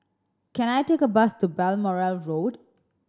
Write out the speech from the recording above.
can I take a bus to Balmoral Road